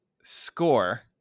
score